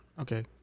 Okay